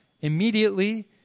immediately